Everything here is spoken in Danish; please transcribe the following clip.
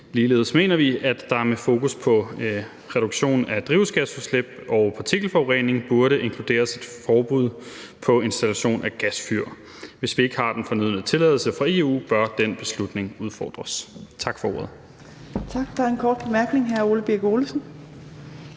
Ligeledes mener vi, at der med fokus på reduktion af drivhusgasudslip og partikelforurening burde inkluderes et forbud mod installation af gasfyr. Hvis vi ikke har den fornødne tilladelse fra EU, bør den beslutning udfordres. Tak for ordet.